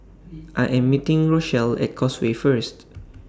I Am meeting Rochelle At Causeway First